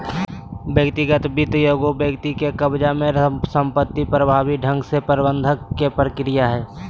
व्यक्तिगत वित्त एगो व्यक्ति के कब्ज़ा में संपत्ति प्रभावी ढंग से प्रबंधन के प्रक्रिया हइ